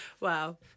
Wow